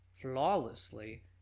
flawlessly